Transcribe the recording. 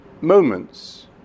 moments